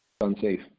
unsafe